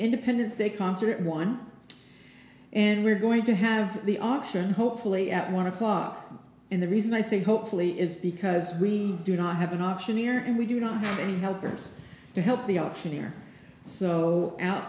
independence day concert one and we're going to have the auction hopefully at one o'clock in the reason i say hopefully is because we do not have an auctioneer and we do not have any helpers to help the auctioneer so out